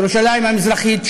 ירושלים המזרחית,